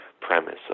premise